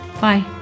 Bye